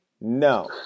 no